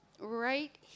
Right